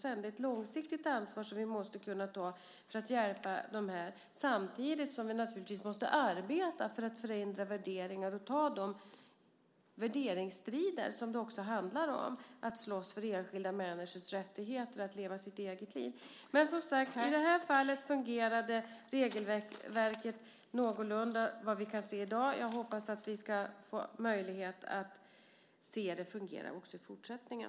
Det är ett långsiktigt ansvar som vi måste kunna ta för att hjälpa dem, samtidigt som vi naturligtvis måste arbeta för att förändra värderingar och ta de värderingsstrider som krävs. Det handlar om att slåss för enskilda människors rättighet att leva sitt eget liv. I det här fallet fungerade regelverket någorlunda, att döma av det vi kan se i dag. Jag hoppas att vi ska få möjlighet att se det fungera också i fortsättningen.